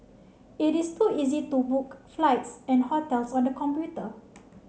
it is to easy to book flights and hotels on the computer